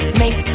make